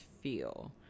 feel